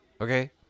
Okay